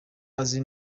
azi